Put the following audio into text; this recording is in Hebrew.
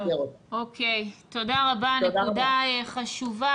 אוקיי, תודה רבה, נקודה חשובה.